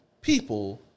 people